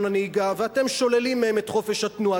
הנהיגה ואתם שוללים מהם את חופש התנועה.